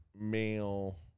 male